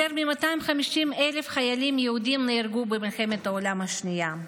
יותר מ-250,000 חיילים יהודים נהרגו במלחמת העולם השנייה,